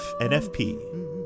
NFP